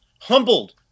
humbled